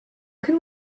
can